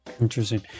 Interesting